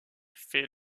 fait